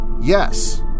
Yes